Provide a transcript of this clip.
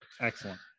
Excellent